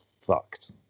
fucked